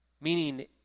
Meaning